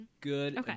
good